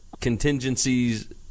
contingencies